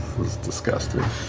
disgusting.